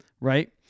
Right